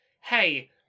hey